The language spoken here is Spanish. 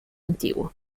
antiguo